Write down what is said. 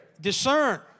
discern